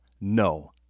No